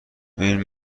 این